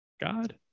god